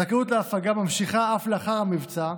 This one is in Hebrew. הזכאות להפגה ממשיכה אף לאחר המבצע,